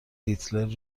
هیتلر